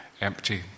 empty